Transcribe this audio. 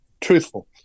truthful